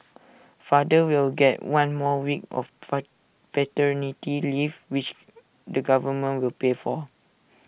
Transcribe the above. fathers will get one more week of fight paternity leave which the government will pay for